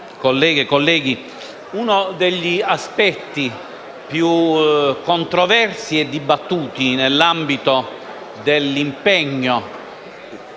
Governo, colleghi, uno degli aspetti più controversi e dibattuti nell'ambito dell'impegno